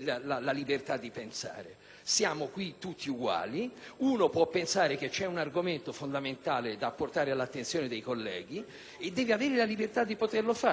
la libertà di pensare. Siamo qui tutti uguali e uno può pensare che c'è un argomento fondamentale da portare all'attenzione dei colleghi e deve avere la libertà di poterlo fare.